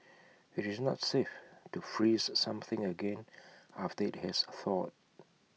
IT is not safe to freeze something again after IT has thawed